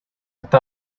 está